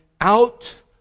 out